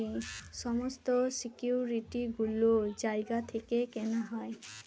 সমস্ত সিকিউরিটি গুলো জায়গা থেকে কেনা হয়